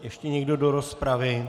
Ještě někdo do rozpravy?